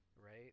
Right